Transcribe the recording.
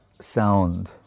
sound